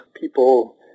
people